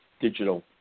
digital